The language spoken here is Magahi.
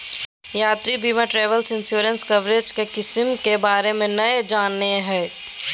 यात्रा बीमा ट्रैवल इंश्योरेंस कवरेज के किस्म के बारे में नय जानय हइ